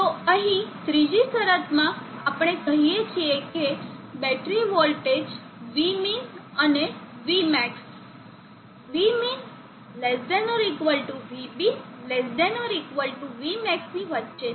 તો અહીં ત્રીજી શરતમાં આપણે કહીએ છીએ કે બેટરી વોલ્ટેજ Vmin અને Vmax Vmin ≤ VB ≤ Vmax ની વચ્ચે છે